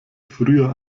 früher